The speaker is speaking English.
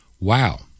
Wow